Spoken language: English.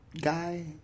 guy